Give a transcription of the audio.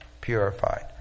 purified